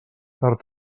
tard